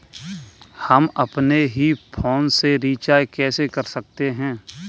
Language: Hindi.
हम अपने ही फोन से रिचार्ज कैसे कर सकते हैं?